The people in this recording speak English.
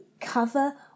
cover